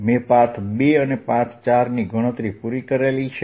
મેં પાથ 2 અને પાથ 4 ની ગણતરી પૂરી કરી છે